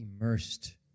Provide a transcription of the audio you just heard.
immersed